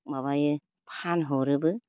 माबायो फानहरोबो